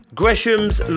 gresham's